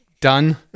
done